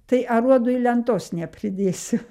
tai aruodui lentos nepridėsiu